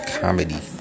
comedy